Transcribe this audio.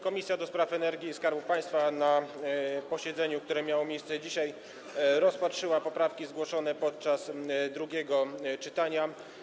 Komisja do Spraw Energii i Skarbu Państwa na posiedzeniu, które miało miejsce dzisiaj, rozpatrzyła poprawki zgłoszone podczas drugiego czytania.